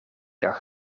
dag